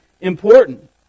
important